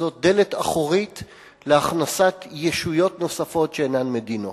זו דלת אחורית להכנסת ישויות נוספות שאינן מדינות.